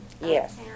Yes